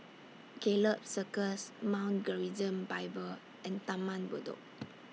Gallop Circus Mount Gerizim Bible and Taman Bedok